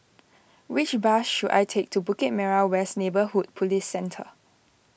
which bus should I take to Bukit Merah West Neighbourhood Police Centre